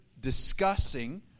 discussing